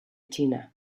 china